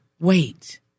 wait